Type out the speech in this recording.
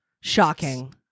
Shocking